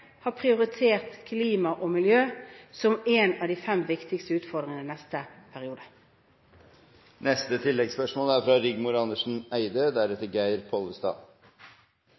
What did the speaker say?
har prioritert klima og miljø som én av de fem viktigste utfordringene i neste periode. Rigmor Andersen Eide – til oppfølgingsspørsmål. Det er